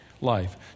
life